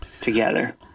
together